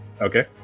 Okay